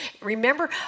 remember